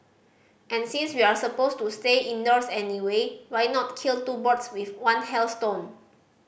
and since we're supposed to stay indoors anyway why not kill two birds with one hailstone